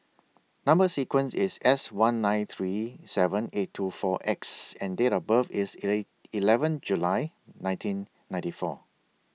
Number sequence IS S one nine three seven eight two four X and Date of birth IS eight eleven July nineteen ninety four